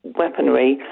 weaponry